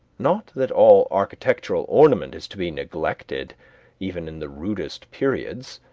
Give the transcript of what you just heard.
not that all architectural ornament is to be neglected even in the rudest periods